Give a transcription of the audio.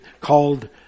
called